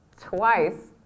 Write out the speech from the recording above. twice